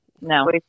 No